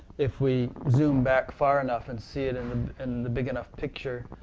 if we zoom back far enough and see it and in the big enough picture,